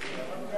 חברי הכנסת, מה